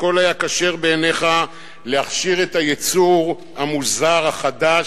הכול היה כשר בעיניך להכשיר את היצור המוזר החדש,